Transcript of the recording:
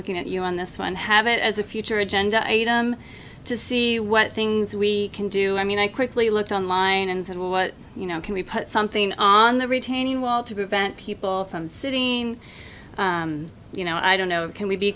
looking at you on this one have it as a future agenda item to see what things we can do i mean i quickly looked online and said what you know can we put something on the retaining wall to prevent people from sitting you know i don't know can we be